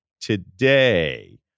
today